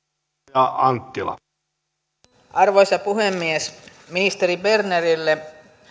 arvoisa puhemies ministeri bernerille